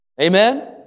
Amen